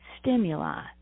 stimuli